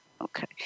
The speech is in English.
Okay